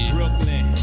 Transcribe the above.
Brooklyn